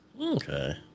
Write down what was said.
Okay